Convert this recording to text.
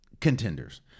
contenders